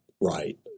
right